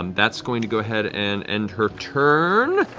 um that's going to go ahead and end her turn,